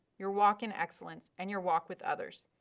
your walk in excellence, and your walk with others.